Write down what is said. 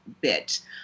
bit